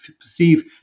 perceive